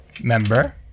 Member